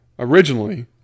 Originally